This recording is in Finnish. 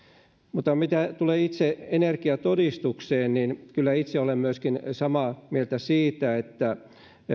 mitä tulee itse energiatodistukseen niin kyllä itse olen myöskin samaa mieltä siitä että